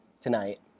tonight